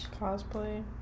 Cosplay